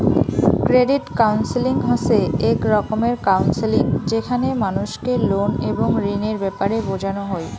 credit counselling হসে এক রকমের কাউন্সেলিং যেখানে মানুষকে লোন এবং ঋণের ব্যাপারে বোঝানো হই